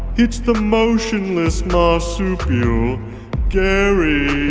it's the motionless marsupial gary